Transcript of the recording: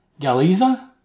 Galiza